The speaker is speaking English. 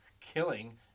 killing